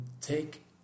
take